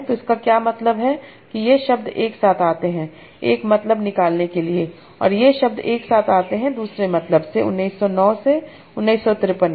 तो इसका क्या मतलब है कि ये शब्द एक साथ आते हैं एक मतलब निकलने के लिए और ये शब्द एक साथ आते हैं दूसरे मतलब से 1909 1953 में